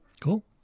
Cool